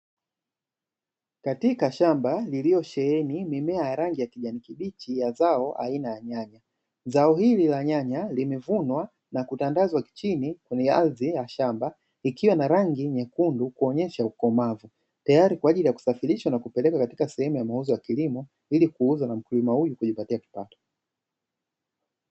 Katika shamba lililo sheheni mimea ya rangi ya kijani kibichi ya zao la aina ya nyanya zao hili la nyanya limevunwa na kutandazwa chini kwenye ardhi ya shamba, zikiwa na rangi nyekundu kuonyesha ukomavu tayari kwa ajili ya kusafirishwa na kupelekwa katika sehemu ya mauzo ya kilimo ili kuuzwa na mkulima huyu kujipatia kipato.